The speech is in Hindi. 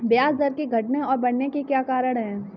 ब्याज दर के घटने और बढ़ने के क्या कारण हैं?